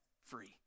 free